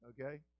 okay